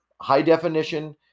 high-definition